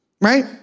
right